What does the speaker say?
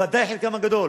ודאי חלקם הגדול